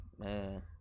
Man